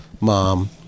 mom